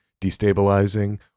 destabilizing